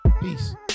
Peace